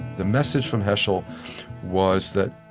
the message from heschel was that